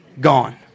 Gone